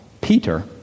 Peter